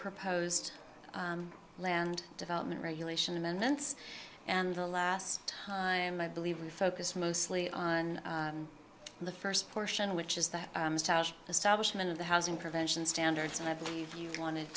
proposed land development regulation amendments and the last time i believe we focused mostly on the first portion which is the establishment of the housing prevention standards and i believe you wanted